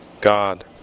God